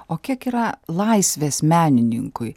o kiek yra laisvės menininkui